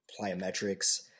plyometrics